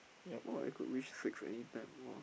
!wah! I could wish six anytime !wah!